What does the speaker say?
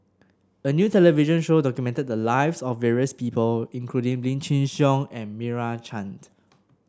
a new television show documented the lives of various people including Lim Chin Siong and Meira Chand